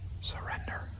surrender